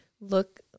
look